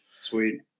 Sweet